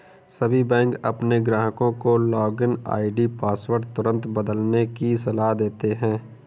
सभी बैंक अपने ग्राहकों को लॉगिन आई.डी पासवर्ड निरंतर बदलने की सलाह देते हैं